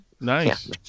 Nice